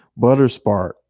Butterspark